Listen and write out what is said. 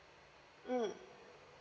mm